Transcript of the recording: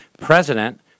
President